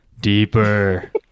deeper